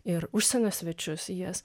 ir užsienio svečius į jas